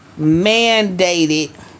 mandated